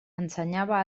ensenyava